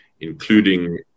including